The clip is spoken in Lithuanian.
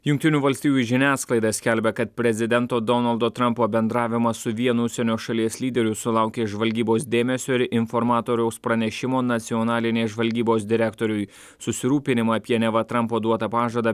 jungtinių valstijų žiniasklaida skelbia kad prezidento donaldo trampo bendravimas su vienu užsienio šalies lyderiu sulaukė žvalgybos dėmesio ir informatoriaus pranešimo nacionalinės žvalgybos direktoriui susirūpinimą apie neva trampo duotą pažadą